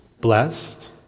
blessed